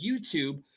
YouTube